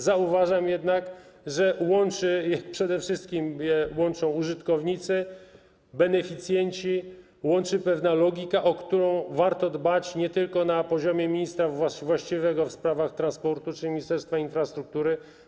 Zauważam jednak, że przede wszystkim łączą je użytkownicy, beneficjenci, łączy pewna logika, o którą warto dbać nie tylko na poziomie ministra właściwego do spraw transportu czy Ministerstwa Infrastruktury.